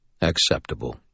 Acceptable